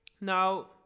Now